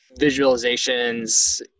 visualizations